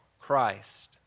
Christ